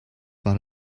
but